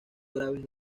graves